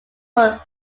were